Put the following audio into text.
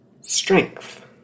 strength